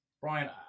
Brian